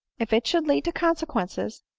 if it should lead to consequences!